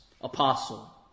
apostle